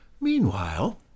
Meanwhile